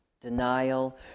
Denial